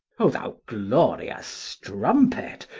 o thou glorious strumpet!